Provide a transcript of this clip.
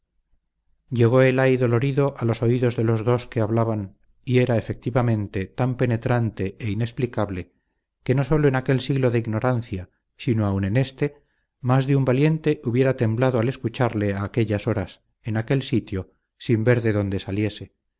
llegó el ay dolorido a los oídos de los dos que hablaban y era efectivamente tan penetrante e inexplicable que no sólo en aquel siglo de ignorancia sino aun en éste más de un valiente hubiera temblado al escucharle a aquellas horas en aquel sitio sin ver de dónde saliese y